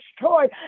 destroyed